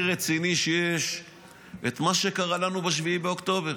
רציני שיש את מה שקרה לנו ב-7 באוקטובר,